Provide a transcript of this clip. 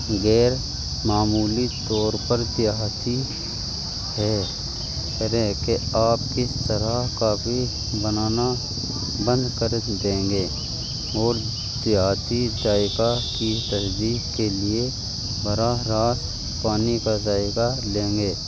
غیر معمولی طور پر دیہاتی ہے کریں کہ آپ کس طرح کافی بنانا بند کر دیں گے اور دیہاتی ذائقہ کی تصدیق کے لیے براہ راست پانی کا ذائقہ لیں گے